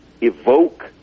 evoke